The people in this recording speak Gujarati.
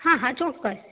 હા હા ચોક્કસ